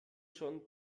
schon